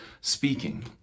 speaking